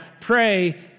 pray